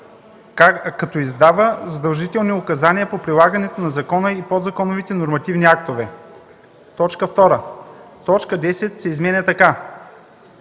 „като издава задължителни указания по прилагането на закона и подзаконовите нормативни актове”. 2. Точка 10 се изменя така: